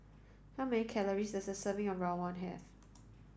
how many calories does a serving of Rawon have